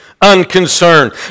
Unconcerned